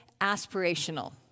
aspirational